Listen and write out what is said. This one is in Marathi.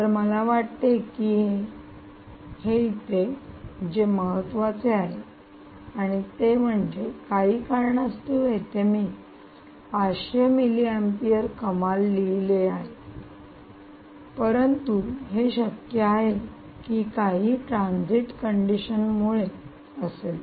तर मला वाटते की येथे जे महत्त्वाचे आहे ते म्हणजे काही कारणास्तव येथे मी 500 मिली अपिअर कमाल लिहिले आहे आहे परंतु हे शक्य आहे की काही ट्रांजिट कंडिशन असेल